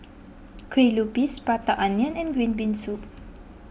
Kue Lupis Prata Onion and Green Bean Soup